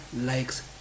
likes